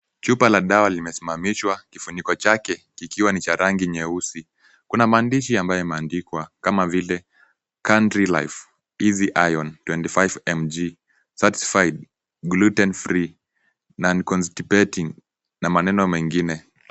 Chupa la dawa limesimamishwa, kifuniko chake kikiwa ni cha rangi nyeusi. Kuna maandishi ambayo imeandikwa kama vile Country Life Easy Iron 25mg certified gluten-free, non-constipating na maneno mengine.